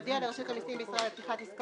והודיע לרשות המסים בישראל על פתיחת עסקו